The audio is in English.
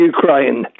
Ukraine